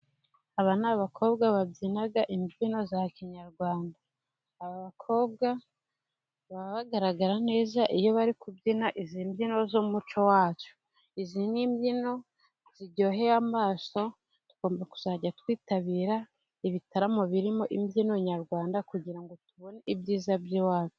Aba ni abakobwa babyina imbyino za kinyarwanda, aba bakobwa baba bagaragara neza, iyo bari kubyina izi mbyino z'umuco wacu, izi n'imbyino ziryoheye amaso tugomba kuzajya twitabira ibitaramo, birimo imbyino nyarwanda kugira ngo tubone ibyiza by'iwacu.